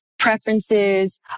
preferences